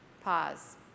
pause